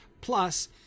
Plus